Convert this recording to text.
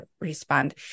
respond